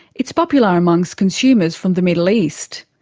it's popular amongst consumers from the middle east.